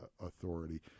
authority